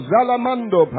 Zalamando